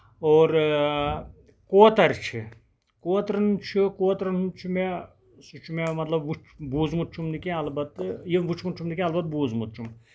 اور کوتر چھِ کوترن چھِ کوترَن ہُند چھُ مےٚ سُہ چھُ مےٚ مطلب بوٗزمُت چھُم نہٕ مےٚ کیٚنٛہہ اَلبتہٕ یہِ وُچھمُت چھُم نہٕ کیٚنٛہہ اَلبتہٕ بوٗزمُت چھُم